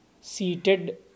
Seated